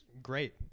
Great